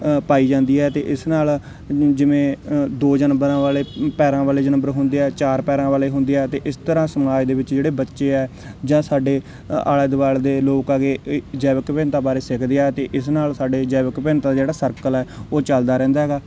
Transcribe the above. ਅ ਪਾਈ ਜਾਂਦੀ ਹੈ ਅਤੇ ਇਸ ਨਾਲ ਜਿਵੇਂ ਅ ਦੋ ਜਾਨਵਰਾਂ ਵਾਲੇ ਪੈਰਾਂ ਵਾਲੇ ਜਾਨਵਰ ਹੁੰਦੇ ਆ ਚਾਰ ਪੈਰਾਂ ਵਾਲੇ ਹੁੰਦੇ ਆ ਅਤੇ ਇਸ ਤਰ੍ਹਾਂ ਸਮਾਜ ਦੇ ਵਿੱਚ ਜਿਹੜੇ ਬੱਚੇ ਆ ਜਾਂ ਸਾਡੇ ਅ ਆਲੇ ਦੁਆਲੇ ਦੇ ਲੋਕ ਆ ਗਏ ਇ ਜੈਵਿਕ ਵਿਭਿੰਨਤਾ ਬਾਰੇ ਸਿੱਖਦੇ ਆ ਅਤੇ ਇਸ ਨਾਲ ਸਾਡੇ ਜੈਵਿਕ ਵਿਭਿੰਨਤਾ ਜਿਹੜਾ ਸਰਕਲ ਹੈ ਉਹ ਚੱਲਦਾ ਰਹਿੰਦਾ ਹੈਗਾ